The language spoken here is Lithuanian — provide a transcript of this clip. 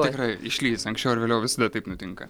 tikrai išlįs anksčiau ar vėliau visada taip nutinka